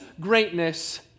greatness